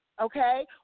okay